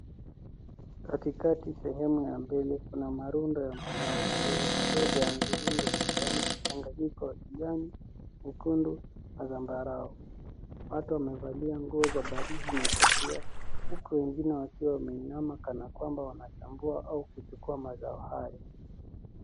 Katikati sehemu ya mbele kuna marundo ya mazao madogo madogo ya mviringo yenye rangi mchanganyiko kijani, nyekundu, na zambarau. Watu wamevalia nguo za baridi na kofia, huku wengine wakiwa wameinama, kana kwamba wanachambua au kuchukua mazao hayo.